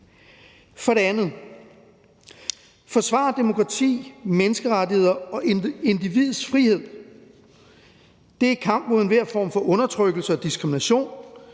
er det at forsvare demokrati, menneskerettigheder og individets frihed. Det er kamp mod enhver form for undertrykkelse og diskrimination.